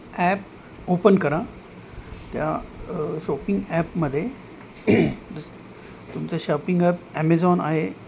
app open करा त्या shopping ॲपमध्ये तुमचं शॉपिंग ॲप ॲमेझॉन आहे